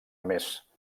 més